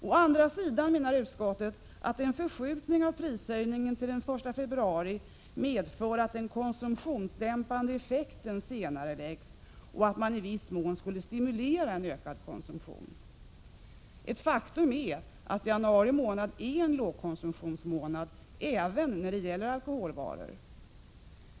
Å andra sidan menar utskottet att en förskjutning av prishöjningen till den 1 februari medför att den konsumtionsdämpande effekten senareläggs och att man i viss mån skulle stimulera en ökad konsumtion. Ett faktum är att januari månad är en lågkonsumtionsmånad även när det gäller alkoholvaror.